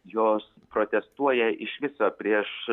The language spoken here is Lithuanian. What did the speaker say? jos protestuoja iš viso prieš